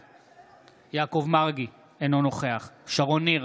בעד יעקב מרגי, אינו נוכח שרון ניר,